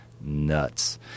nuts